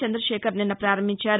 చందశేఖర్ నిన్న ప్రారంభించారు